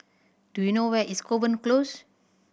do you know where is Kovan Close